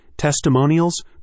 Testimonials